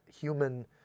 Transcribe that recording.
human